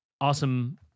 awesome